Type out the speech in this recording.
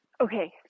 Okay